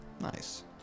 Nice